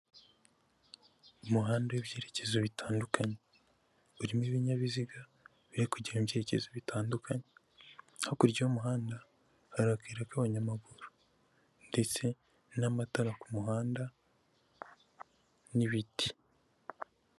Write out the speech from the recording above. Umuhanda w'ibyerekezo bitandukanye, urimo ibinyabiziga biri kujya mu byerekezo bitandukanye, hakurya y'umuhanda hari akayira k'abanyamaguru, ndetse n'amatara ku muhanda n'ibiti.